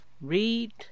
read